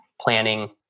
planning